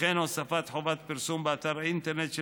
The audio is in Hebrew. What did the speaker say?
וכן הוספת חובת פרסום באתר האינטרנט של